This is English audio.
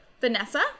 Vanessa